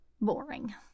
boring